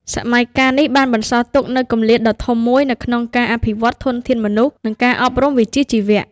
សម័យកាលនេះបានបន្សល់ទុកនូវគម្លាតដ៏ធំមួយនៅក្នុងការអភិវឌ្ឍធនធានមនុស្ស និងការអប់រំវិជ្ជាជីវៈ។